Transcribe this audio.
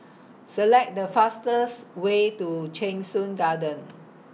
Select The fastest Way to Cheng Soon Garden